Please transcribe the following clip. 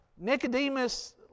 Nicodemus